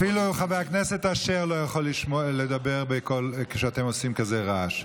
אפילו חבר הכנסת אשר לא יכול לדבר בקול כשאתם עושים כזה רעש.